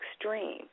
extreme